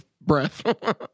breath